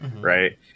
right